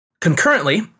Concurrently